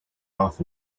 off